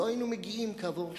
לא היינו מגיעים אחרי שבוע,